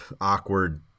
awkward